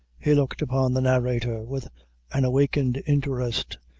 he looked upon the narrator with an awakened interest,